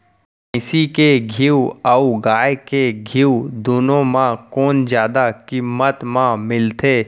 भैंसी के घीव अऊ गाय के घीव दूनो म कोन जादा किम्मत म मिलथे?